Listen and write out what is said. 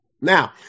Now